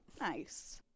Nice